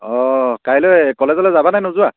অঁ কাইলৈ কলেজলৈ যাবানে নোযোৱা